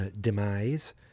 demise